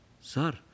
Sir